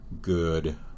good